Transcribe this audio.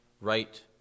right